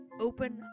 open